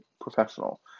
professional